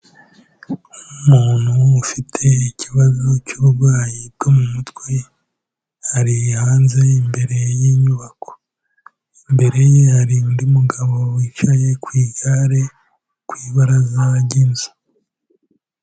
Umuntu ufite ikibazo cy'uburwayi bwo mu mutwe, ari hanze imbere y'inyubako. Imbere ye hari undi umugabo wicaye ku igare ku ibaraza ry'inzu.